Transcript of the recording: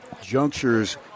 junctures